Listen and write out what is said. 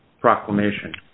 proclamation